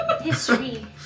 history